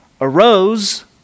arose